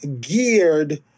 geared